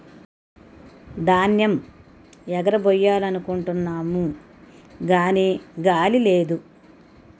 ధాన్యేమ్ ఎగరబొయ్యాలనుకుంటున్నాము గాని గాలి లేదు